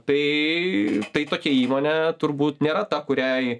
tai tai tokia įmonė turbūt nėra ta kuriai